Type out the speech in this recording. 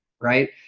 right